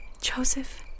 Joseph